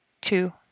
two